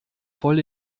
voll